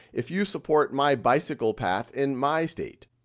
if you support my bicycle path in my state.